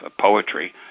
poetry